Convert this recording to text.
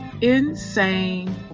Insane